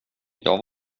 jag